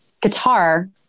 guitar